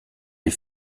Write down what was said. les